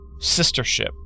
Sistership